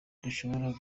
dushobore